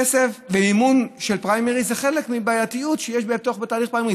כסף ואמון של פריימריז זה חלק מהבעייתיות שיש בתהליך פריימריז.